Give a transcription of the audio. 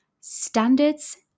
standards